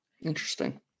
Interesting